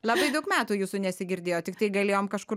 labai daug metų jūsų nesigirdėjo tik tai galėjom kažkur